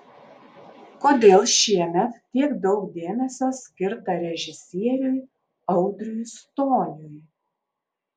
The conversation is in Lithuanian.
kodėl šiemet tiek daug dėmesio skirta režisieriui audriui stoniui